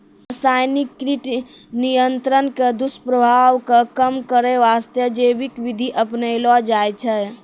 रासायनिक कीट नियंत्रण के दुस्प्रभाव कॅ कम करै वास्तॅ जैविक विधि अपनैलो जाय छै